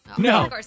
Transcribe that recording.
No